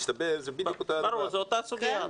מסתבר שזו בדיוק אותה --- זו אותה סוגיה,